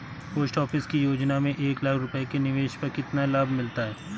Post office की योजना में एक लाख रूपए के निवेश पर कितना लाभ मिलता है?